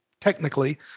technically